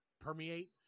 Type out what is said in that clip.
permeate